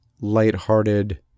lighthearted